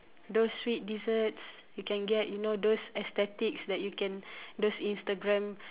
those sweet desserts you can get you know those aesthetics that you can those Instagram